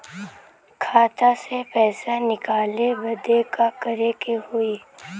खाता से पैसा निकाले बदे का करे के होई?